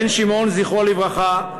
בן שמעון, זכרו לברכה,